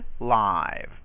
live